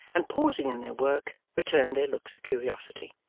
and pausing in their work, returned their looks of curiosity.